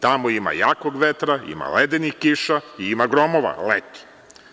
Tamo ima jakog vetra, ima ledenih kiša i ima gromova, leti.